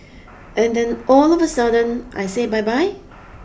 and then all of a sudden I say bye bye